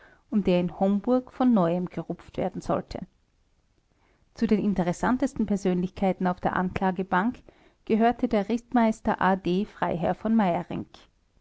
und der in homburg von neuem gerupft werden sollte zu den interessantesten persönlichkeiten auf der anklagebank gehörte der rittmeister a d freiherr v meyerinck